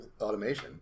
automation